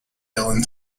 dylan